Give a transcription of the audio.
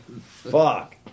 Fuck